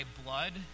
blood